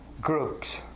groups